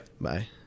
Bye